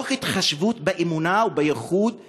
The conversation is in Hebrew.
מתוך התחשבות באמונה ובייחוד שלהם.